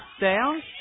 down